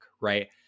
Right